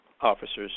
officers